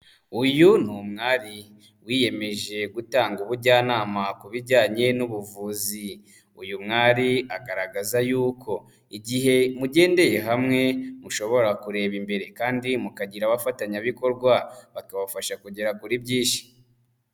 Uyu ni umwari wiyemeje gutanga ubujyanama ku bijyanye n'ubuvuzi, uyu mwari agaragaza yuko igihe mugendeye hamwe, mushobora kureba imbere kandi mukagira abafatanyabikorwa, bakabafasha kugera kuri byinshi.